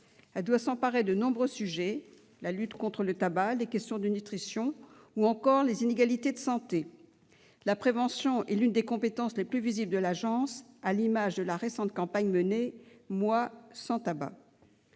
doit s'emparer de nombreux sujets : lutte contre le tabac, questions de nutrition ou encore inégalités de santé. La prévention est l'une de ses compétences les plus visibles, comme en témoigne la récente campagne « Moi(s) sans tabac ».